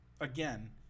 again